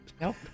Nope